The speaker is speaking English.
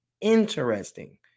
Interesting